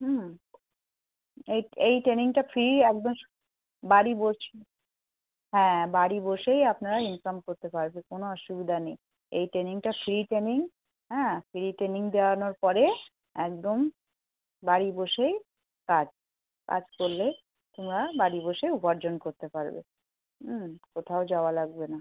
হুম এই এই ট্রেনিংটা ফ্রি একদম স্ বাড়ি বসে হ্যাঁ বাড়ি বসেই আপনারা ইনকাম করতে পারবে কোনো অসুবিধা নেই এই ট্রেনিংটা ফ্রিতে আমি হ্যাঁ ফ্রি ট্রেনিং দেওয়ানোর পরে একদম বাড়ি বসেই কাজ কাজ করলে তোমরা বাড়ি বসে উপার্জন করতে পারবে হুম কোথাও যাওয়া লাগবে না